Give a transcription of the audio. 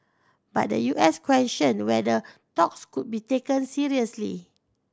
but the U S questioned whether talks could be taken seriously